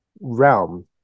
realm